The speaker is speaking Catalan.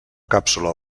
càpsula